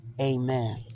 Amen